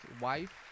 wife